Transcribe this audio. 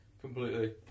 completely